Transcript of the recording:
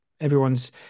Everyone's